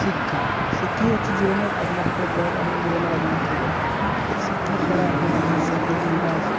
শিক্ষা শিক্ষাই হচ্ছে জীবনের একমাত্র পথ এমনকি জীবনের একমাত্র লক্ষ্য শিক্ষার দ্বারা একটা মানুষের সার্বিক বিকাশ